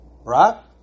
Right